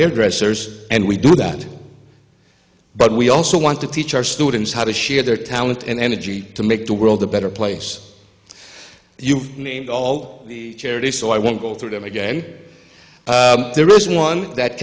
hairdressers and we do that but we also want to teach our students how to share their talent and energy to make the world a better place you all cherish so i won't go through them again there is one that